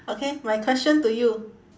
okay my question to you